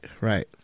right